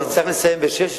כי אני צריך לסיים ב-18:00,